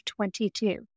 22